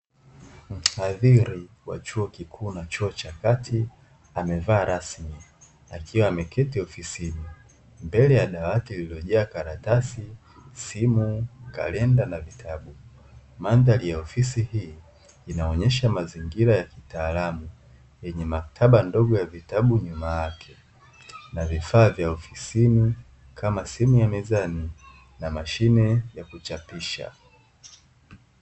Mhadhiri wa chuo kikuu na chuo cha kati amevaa rasmi akiwa ameketi ofisini, mbele ya dawati lililojaa karatasi, simu, kalenda na vitabu. Mandhari ya ofisi hii inaonyesha mazingira ya kitaalamu yenye maktaba ndogo ya vitabu nyuma yake na vifaa vya ofisini kama simu ya mezani na mashine ya kuchapisha.